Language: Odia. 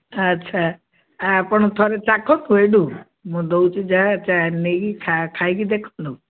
ଆଚ୍ଛା ଆପଣ ଥରେ ଚାଖନ୍ତୁ ଏଇଠୁ ମୁଁ ଦେଉଛି ଯାହା ତାହା ନେଇକି ଖାଇକି ଦେଖନ୍ତୁ